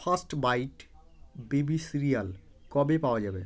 first bite baby cereal কবে পাওয়া যাবে